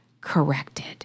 corrected